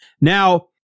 Now